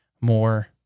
more